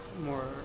more